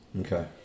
Okay